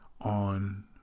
on